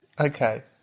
Okay